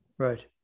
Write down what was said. Right